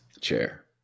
chair